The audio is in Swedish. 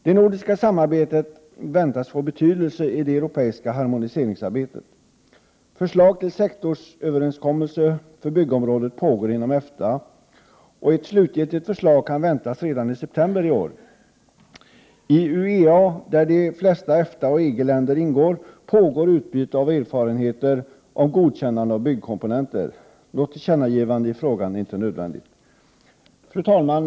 Det nordiska samarbetet väntas få betydelse i det europeiska harmoniseringsarbetet. Arbetet med förslag till en sektorsöverenskommelse för byggområdet pågår inom EFTA, och ett slutgiltigt förslag kan väntas redan i september i år. I UEA, där de flesta EFTA och EG-länder ingår, pågår ett utbyte av erfarenheter beträffande godkännandet av byggkomponenter. Något tillkännagivande i frågan är ej nödvändigt. Fru talman!